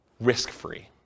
risk-free